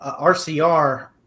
RCR